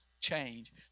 change